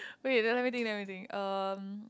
wait then let me think let me think um